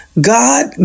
God